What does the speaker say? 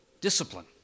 Discipline